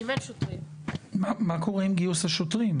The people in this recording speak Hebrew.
מה קורה עם גיוס השוטרים?